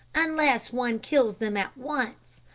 unless one kills them at once.